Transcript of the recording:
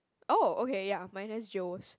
oh okay ya minus Joe's